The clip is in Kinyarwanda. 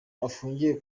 afungiye